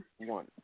one